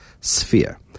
sphere